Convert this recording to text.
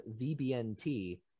VBNT